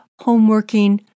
homeworking